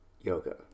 yoga